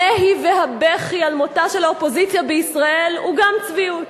הנהי והבכי על מותה של האופוזיציה בישראל גם הם צביעות.